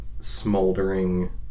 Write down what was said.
smoldering